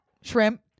shrimp